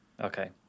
Okay